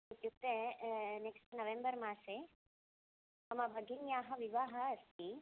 इत्युक्ते नेक्स्ट् नवेम्बर्मासे मम भगिन्याः विवाहः अस्ति